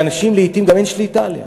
ולאנשים לעתים גם אין שליטה על כך,